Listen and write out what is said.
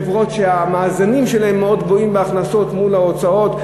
חברות שהמאזנים שלהן מאוד גבוהים בהכנסות מול ההוצאות.